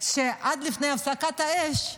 עד לפני הפסקת האש,